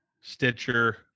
Stitcher